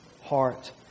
heart